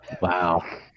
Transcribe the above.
Wow